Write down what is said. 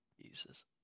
Jesus